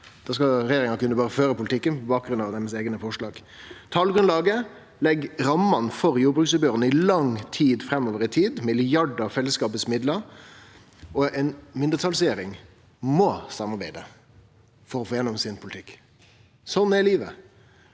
Da skal regjeringa berre kunne føre politikken på bakgrunn av deira eigne forslag. Talgrunnlaget legg rammene for jordbruksoppgjera i lang tid framover – milliardar av fellesskapets midlar. Ei mindretalsregjering må samarbeide for å få gjennom sin politikk. Sånn er livet